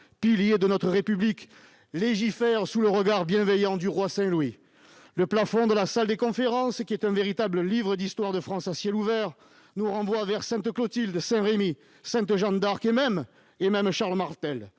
pilier de notre République, légifère sous le regard bienveillant du roi Saint Louis ; le plafond de la salle des conférences, un véritable livre d'histoire de France, nous renvoie vers sainte Clotilde, vers saint Rémy, vers sainte Jeanne d'Arc et même vers Charles Martel